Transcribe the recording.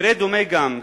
מקרה דומה גם,